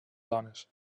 dones